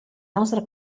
nostra